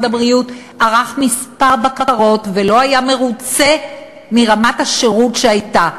הבריאות ערך כמה בקרות ולא היה מרוצה מרמת השירות שהייתה.